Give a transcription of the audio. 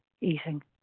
eating